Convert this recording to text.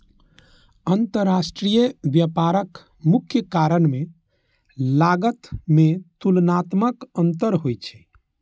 अंतरराष्ट्रीय व्यापारक मुख्य कारण मे लागत मे तुलनात्मक अंतर होइ छै